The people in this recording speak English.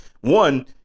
one